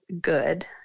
good